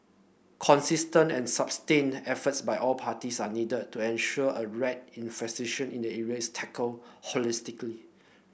consistent and sustained efforts by all parties are needed to ensure a rat infestation in an tackled holistically